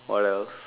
what else